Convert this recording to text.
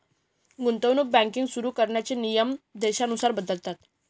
गुंतवणूक बँकिंग सुरु करण्याचे नियम देशानुसार बदलतात